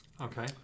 Okay